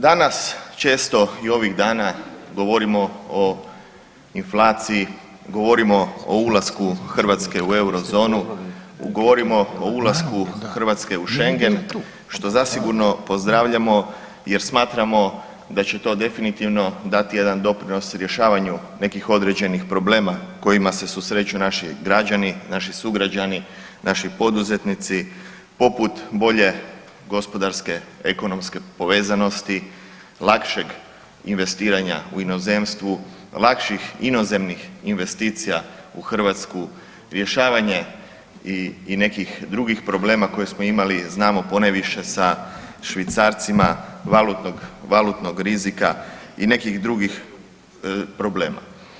Danas često i ovih dana govorimo o inflaciji, govorimo o ulasku Hrvatske u eurozonu, govorimo o ulasku Hrvatske u šengen, što zasigurno pozdravljamo jer smatramo da će to definitivno dati jedan doprinos rješavanju nekih određenih problema kojima se susreću naši građani, naši sugrađani, naši poduzetnici, poput bolje gospodarske ekonomske povezanosti, lakšeg investiranja u inozemstvu, lakših inozemnih investicija u Hrvatsku, rješavanje i nekih drugih problema koje smo imali, znamo ponajviše sa švicarcima, valutnog, valutnog rizika i nekih drugih problema.